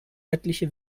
örtliche